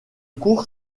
cour